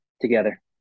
together